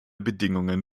bedingungen